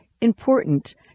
important